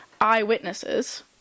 eyewitnesses